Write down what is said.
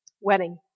wedding